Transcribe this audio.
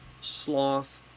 sloth